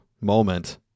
moment